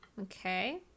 Okay